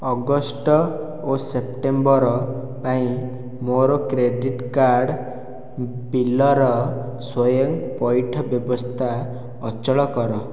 August ଓ September ପାଇଁ ମୋର କ୍ରେଡିଟ୍ କାର୍ଡ଼୍ ବିଲ୍ର ସ୍ଵୟଂ ପଇଠ ବ୍ୟବସ୍ଥା ଅଚଳ କର